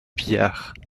pillards